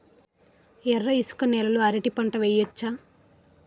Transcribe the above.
ఎర్ర ఇసుక నేల లో అరటి పంట వెయ్యచ్చా?